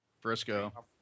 Frisco